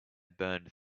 burned